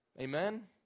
Amen